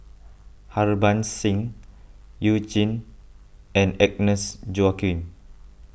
Harbans Singh You Jin and Agnes Joaquim